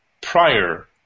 prior